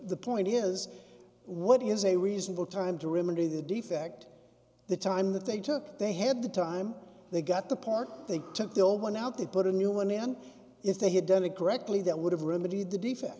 the point is what is a reasonable time to remember the defect the time that they took they had the time they got the part they took the old one out they put a new one and if they had done it correctly that would have remedied the defe